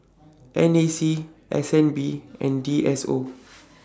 N A C S N B and D S O